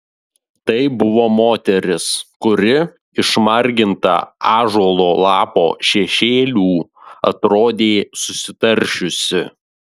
tai buvo moteris kuri išmarginta ąžuolo lapo šešėlių atrodė susitaršiusi